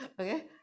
okay